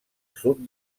sud